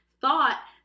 thought